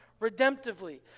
redemptively